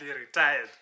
retired